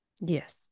yes